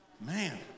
Man